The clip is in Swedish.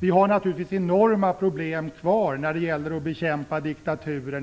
Vi har naturligtvis enorma problem kvar när det gäller att bekämpa diktaturer,